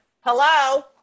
Hello